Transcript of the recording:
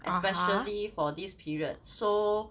especially for this period so